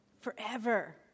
forever